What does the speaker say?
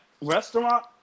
restaurant